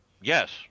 yes